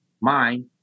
mind